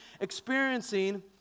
experiencing